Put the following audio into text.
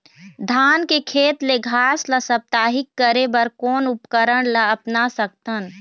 धान के खेत ले घास ला साप्ताहिक करे बर कोन उपकरण ला अपना सकथन?